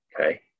Okay